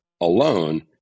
alone